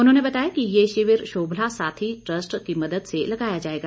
उन्होंने बताया कि ये शिविर शोभला साथी ट्रस्ट की मदद से लगाया जाएगा